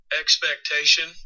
expectation